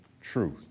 truth